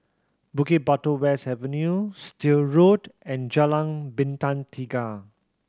Bukit Batok West Avenue Still Road and Jalan Bintang Tiga